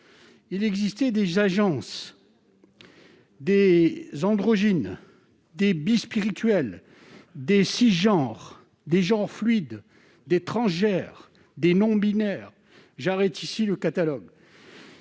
Il existerait ainsi des agenres, des androgynes, des bispirituels, des cisgenres, des genres fluides, des transgenres, des non-binaires ... J'arrête ici le catalogue.